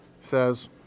says